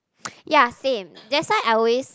ya same that's why I always